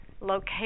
location